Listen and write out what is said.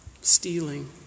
Stealing